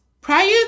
prior